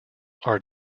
are